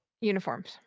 uniforms